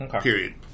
Period